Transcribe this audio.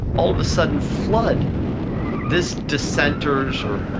all of a sudden flood this dissenters or